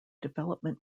development